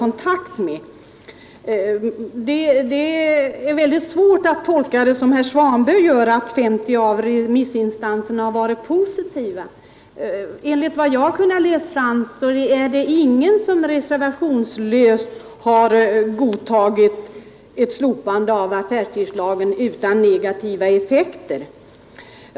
Det är väldigt svårt att göra den tolkning som herr Svanberg gör, nämligen att 50 av remissinstanserna varit positiva. Enligt vad jag kunnat finna har ingen reservationslöst godtagit ett slopande av affärstidslagen, utan man har anfört att det medför negativa effekter.